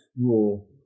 rule